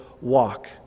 walk